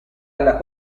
alla